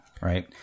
right